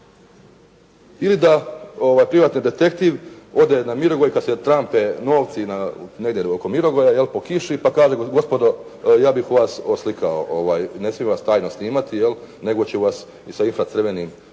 Ili da privatni detektiv ode na Mirogoj pa se trampe novci negdje oko Mirogoja po kiši, pa kaže gospodo ja bih vas oslikao, ne smijem vas tajno snimati, nego ću vas sa infracrvenom,